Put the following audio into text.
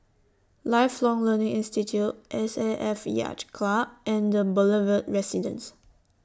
Lifelong Learning Institute S A F Yacht Club and The Boulevard Residence